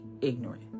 ignorant